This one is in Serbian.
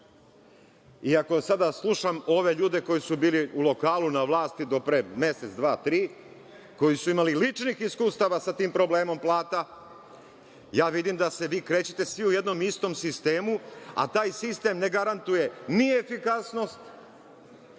ako sada slušam ove ljude koji su bili u lokalu na vlasti do pre mesec, dva, tri, koji su imali ličnih iskustava sa tim problemom plata, vidim da se vi krećete svi u jednom istom sistemu, a taj sistem ne garantuje ni efikasnost,